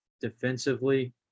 defensively